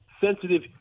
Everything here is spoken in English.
sensitive